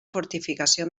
fortificació